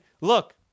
look